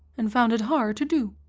and found it hard to do.